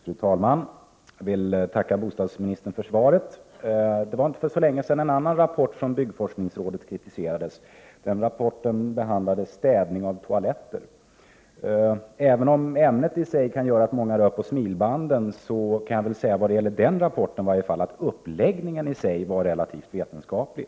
Fru talman! Jag vill tacka bostadsministern för svaret. För inte så länge sedan kritiserades en annan rapport från byggforskningsrådet. I den rapporten behandlades städning av toaletter. Även om ämnet i sig kan göra att många rör på smilbanden, kan jag beträffande den rapporten i alla fall säga att uppläggningen i sig var relativt vetenskaplig.